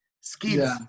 skills